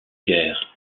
guerres